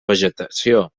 vegetació